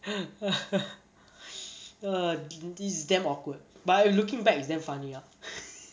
th~ this damn awkward but looking back it's damn funny ah